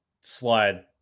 slide